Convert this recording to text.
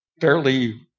fairly